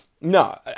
No